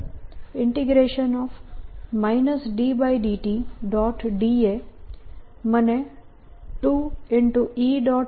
da મને 2 E